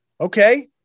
Okay